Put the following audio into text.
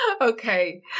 Okay